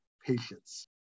patience